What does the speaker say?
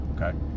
Okay